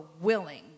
willing